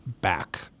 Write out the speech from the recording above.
back